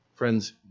Friends